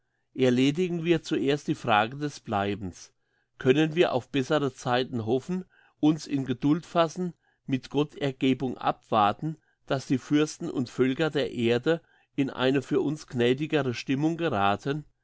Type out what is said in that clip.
erledigen wir zuerst die frage des bleibens können wir auf bessere zeiten hoffen uns in geduld fassen mit gottergebung abwarten dass die fürsten und völker der erde in eine für uns gnädigere stimmung gerathen